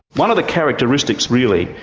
one of the characteristics, really,